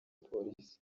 polisi